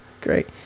Great